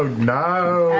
now.